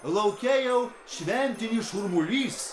lauke jau šventinis šurmulys